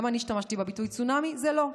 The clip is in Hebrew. גם אני השתמשתי בביטוי צונאמי, זה לא.